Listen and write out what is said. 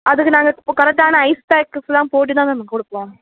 அதுக்கு நாங்கள் கரெக்டான ஐஸ் பேக்குக்கெலாம் போட்டுதான் மேம் கொடுப்போம்